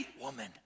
woman